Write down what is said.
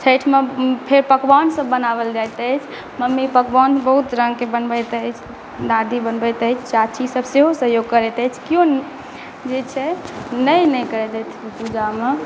छठि मे फेर पकवान सब बनाओल जाइत अछि मम्मी पकवान बहुत रंग के बनबैत अछि दादी बनबैत अछि चाची सब सेहो सहयोग करैत अछि केओ जे छै नहि नहि करैत अछि पूजा मे